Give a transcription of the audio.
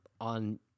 on